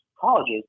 colleges